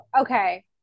Okay